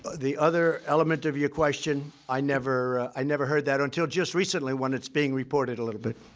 the other element of your question i never i never heard that until just recently when it's being reported a little bit.